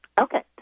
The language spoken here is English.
Okay